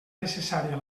necessària